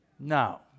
No